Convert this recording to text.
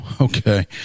Okay